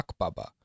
Akbaba